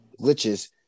glitches